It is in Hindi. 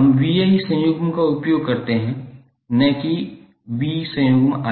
हम VI संयुग्म का उपयोग करते हैं न कि वी संयुग्म